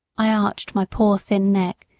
i arched my poor thin neck,